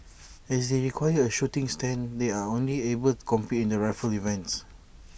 as they require A shooting stand they are only able compete in the rifle events